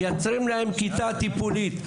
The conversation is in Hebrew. יוצרים להם כיתה טיפולית.